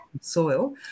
soil